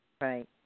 Right